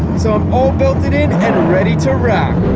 so i'm all belted in and ready to rock.